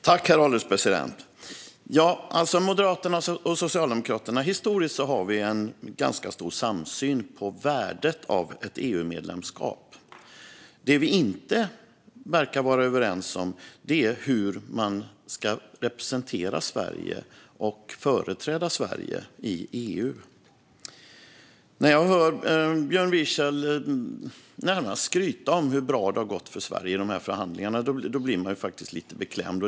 Herr ålderspresident! Historiskt har Moderaterna och Socialdemokraterna en ganska stor samsyn gällande värdet av ett EU-medlemskap. Det vi inte verkar vara överens om är hur man ska representera och företräda Sverige i EU. När man hör Björn Wiechel närmast skryta om hur bra det har gått för Sverige i de här förhandlingarna blir man faktiskt lite beklämd.